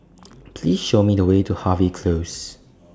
Please Show Me The Way to Harvey Close